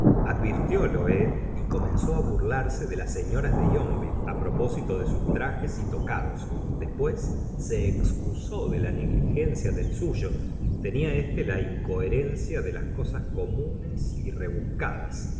advirtiólo él y comenzó á burlarse de las señoras de yonville propósito de sus trajes y tocados después se excusó de la negligencia del suyo tenía éste la incoherencia de las cosas comunes y rebuscadas